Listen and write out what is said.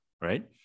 right